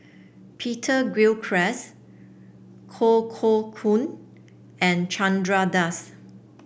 Peter Gilchrist Koh Poh Koon and Chandra Das